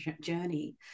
journey